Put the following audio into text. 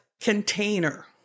container